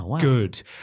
good